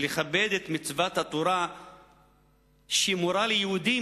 ולכבד את מצוות התורה השמורה ליהודים,